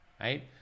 right